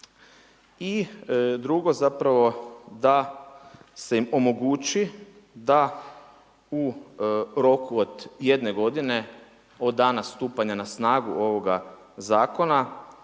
I drugo, zapravo, da se omogući da u roku od jedne godine od dana stupanja na snagu ovoga Zakona